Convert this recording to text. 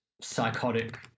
psychotic